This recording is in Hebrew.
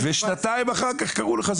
ושנתיים אחר כך קראו לך.